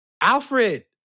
Alfred